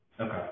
Okay